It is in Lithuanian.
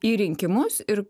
į rinkimus ir